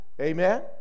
Amen